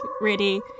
ready